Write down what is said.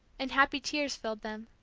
and happy tears filled them,